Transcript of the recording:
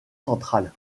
centrale